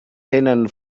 tenen